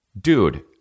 Dude